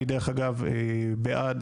אני, דרך אגב, בעד.